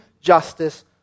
justice